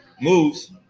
moves